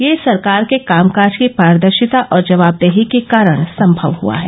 यह सरकार के कामकाज की पारदर्शिता और जवाबदेही के कारण संमव हआ है